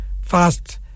fast